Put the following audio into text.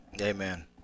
Amen